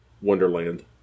wonderland